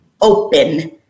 open